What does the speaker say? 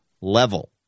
level